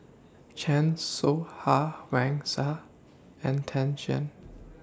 Chan Soh Ha Wang Sha and Tan Shen